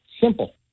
simple